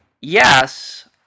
yes